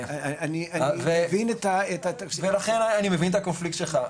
אני מבין את ה- -- ולכן אני מבין את הקונפליקט שלך,